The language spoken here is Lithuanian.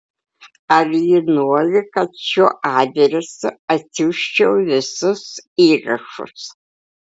ar ji nori kad šiuo adresu atsiųsčiau visus įrašus